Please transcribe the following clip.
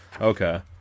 Okay